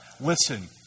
Listen